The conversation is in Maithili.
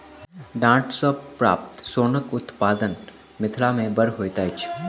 डांट सॅ प्राप्त सोनक उत्पादन मिथिला मे बड़ होइत अछि